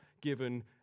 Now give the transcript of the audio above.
given